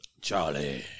Charlie